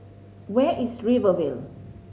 where is Rivervale